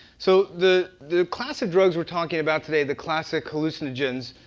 so the the classic drugs we're talking about today, the classic hallucinogens,